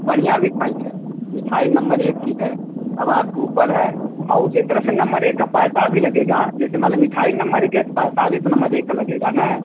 बढ़िया मिठाई है मिठाई नम्बर एक की है अब आपके ऊपर है और उसी तरह से नम्बर एक का पैसा भी लगेगा जैसे मान लो मिठाई नम्बर एक है पैसा भी तो नम्बर एक का लगेगा न